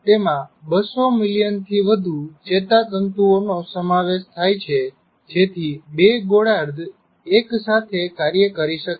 તેમાં 200 મિલિયન થી વધુ ચેતા તંતુઓનો સમાવેશ થાય છે જેથી બે ગોળાર્ધ એકસાથે કાર્ય કરી શકે